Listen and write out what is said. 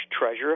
treasure